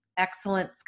Excellence